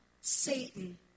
Satan